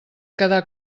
quedar